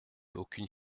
aucune